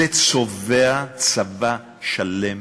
הוא שזה צובע צבא שלם